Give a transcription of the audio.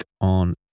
on